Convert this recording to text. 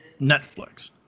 Netflix